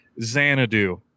Xanadu